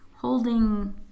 holding